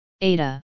ADA